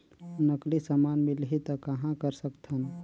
नकली समान मिलही त कहां कर सकथन?